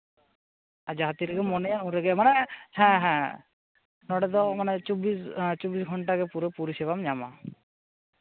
ᱟᱨ ᱡᱟᱦᱟᱸ ᱛᱤ ᱨᱮᱜᱮᱢ ᱢᱚᱱᱮᱭᱟ ᱩᱱᱨᱮᱜᱮ ᱢᱟᱱᱮ ᱱᱚᱸᱰᱮ ᱫᱚ ᱢᱟᱱᱮ ᱪᱚᱵᱽᱵᱤᱥ ᱪᱚᱵᱽᱵᱤᱥ ᱜᱷᱚᱱᱴᱟ ᱜᱮ ᱯᱩᱨᱟᱹᱯᱩᱨᱤ ᱯᱩᱨᱟᱹ ᱯᱚᱨᱤᱥᱮᱵᱟᱢ ᱧᱟᱢᱟ